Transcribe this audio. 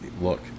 look